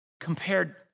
compared